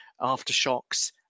aftershocks